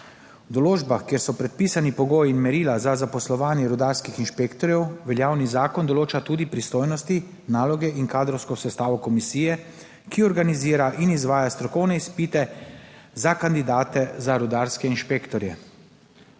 V določbah, kjer so predpisani pogoji in merila za zaposlovanje rudarskih inšpektorjev veljavni zakon določa tudi pristojnosti, naloge in kadrovsko sestavo komisije, ki organizira in izvaja strokovne izpite za kandidate za rudarske inšpektorje.